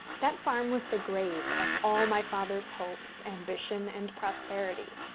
that farm was the grave of all my father's hopes, ambition, and prosperity,